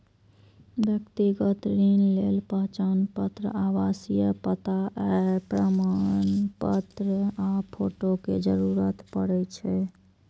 व्यक्तिगत ऋण लेल पहचान पत्र, आवासीय पता, आय प्रमाणपत्र आ फोटो के जरूरत पड़ै छै